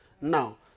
Now